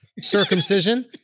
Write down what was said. circumcision